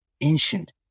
ancient